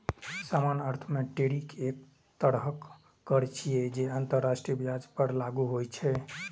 सामान्य अर्थ मे टैरिफ एक तरहक कर छियै, जे अंतरराष्ट्रीय व्यापार पर लागू होइ छै